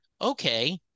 okay